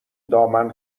دامن